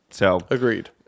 Agreed